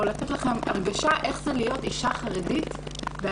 או לתת לכם את ההרגשה איך זה להיות אישה חרדית ב-2020.